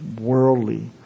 worldly